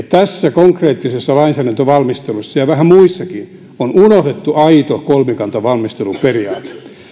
tässä konkreettisessa lainsäädäntövalmistelussa ja vähän muissakin on unohdettu aito kolmikantavalmistelun periaate